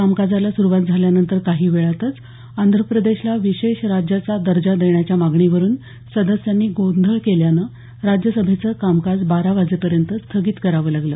कामकाजाला सुरुवात झाल्यानंतर काही वेळातच आंध्रप्रदेशला विशेष राज्याचा दर्जा देण्याच्या मागणीवरून सदस्यांनी गदारोळ केल्यानं राज्यसभेचं कामकाज बारा वाजेपर्यंत स्थगित करावं लागलं